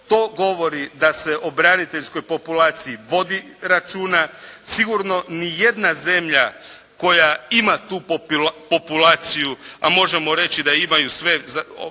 To govori da se o braniteljskoj populaciji vodi računa. Sigurno nijedna zemlja koja ima tu populaciju a možemo reći da imaju sve